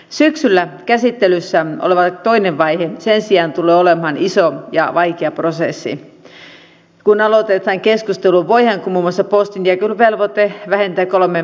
syksyllä käsittelyssä oleva toinen vaihe sen sijaan tulee olemaan iso ja vaikea prosessi kun aloitetaan keskustelu muun muassa siitä voidaanko postinjakeluvelvoite vähentää kolmeen päivään viikossa